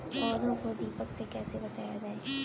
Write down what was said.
पौधों को दीमक से कैसे बचाया जाय?